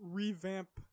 revamp